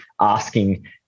Asking